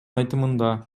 айтымында